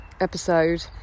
episode